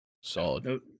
Solid